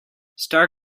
star